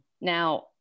Now